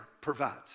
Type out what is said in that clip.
provides